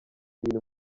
iyi